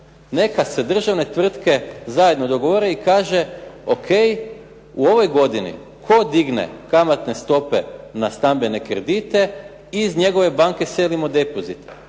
Neka se državne tvrtke zajedno dogovore i kaže ok, u ovoj godini tko digne kamatne stope na stambene kredite, iz njegove banke selimo depozit.